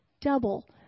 double